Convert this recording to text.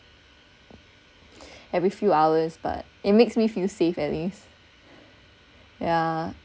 every few hours but it makes me feel safe at least yeah